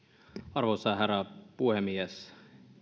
arvoisa herra puhemies